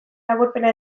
laburpena